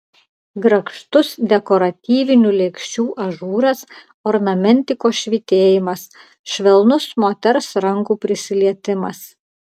grakštus dekoratyvinių lėkščių ažūras ornamentikos švytėjimas švelnus moters rankų prisilietimas